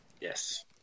Yes